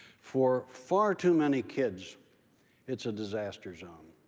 for far too many kids it's a disaster zone.